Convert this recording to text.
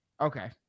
Okay